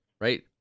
right